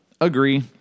Agree